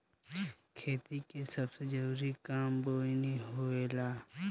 खेती के सबसे जरूरी काम बोअनी होला